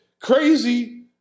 crazy